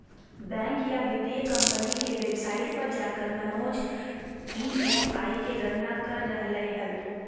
bank या वित्तीय company के वेबसाइट पर जाकर मनोज ई.एम.आई के गणना कर रहलय हल